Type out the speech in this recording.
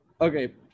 okay